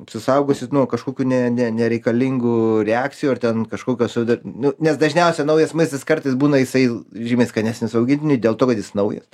apsisaugosit nuo kažkokių ne ne nereikalingų reakcijų ar ten kažkokio suder nu nes dažniausia naujas maistas kartais būna jisai žymiai skanesnis augintiniui dėl to kad jis naujas